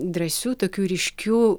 drąsiu tokiu ryškiu